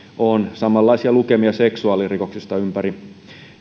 on samanlaisia lukemia seksuaalirikoksista on ympäri